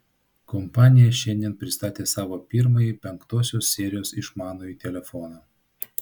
kompanija šiandien pristatė savo pirmąjį penktosios serijos išmanųjį telefoną